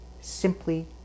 simply